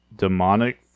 Demonic